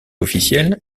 officielle